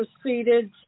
proceeded